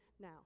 now